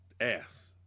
ass